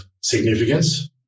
significance